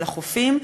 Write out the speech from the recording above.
של החופים,